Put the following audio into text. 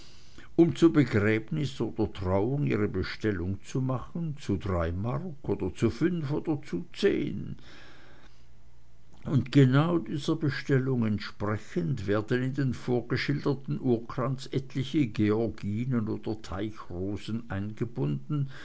um zu begräbnis oder trauung ihre bestellung zu machen zu drei mark oder zu fünf oder zu zehn und genau dieser bestellung entsprechend werden in den vorgeschilderten urkranz etliche georginen oder teichrosen eingebunden